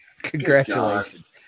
congratulations